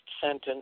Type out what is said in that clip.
sentence